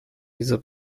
dieser